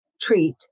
treat